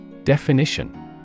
Definition